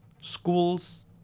schools